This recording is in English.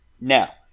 Now